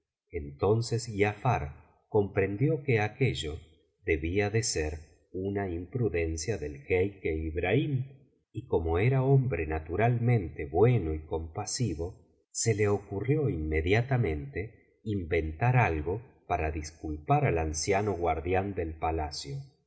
entonces griafar comprendió que aquello debía de ser una imprudencia del jeique ibrahim y como era hombre naturalmente bueno y compasivo se le ocurrió inmediatamente inventar algo para disculpar al anciano guardián del palacio